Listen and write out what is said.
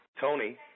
Tony